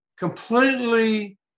completely